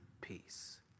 peace